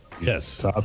Yes